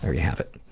ah you have it.